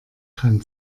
kann